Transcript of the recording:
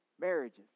marriages